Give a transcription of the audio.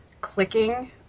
clicking